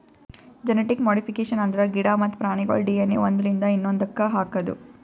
genetic modification ಅಂದ್ರ ಗಿಡ ಮತ್ತ್ ಪ್ರಾಣಿಗೋಳ್ ಡಿ.ಎನ್.ಎ ಒಂದ್ರಿಂದ ಇನ್ನೊಂದಕ್ಕ್ ಹಾಕದು